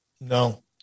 No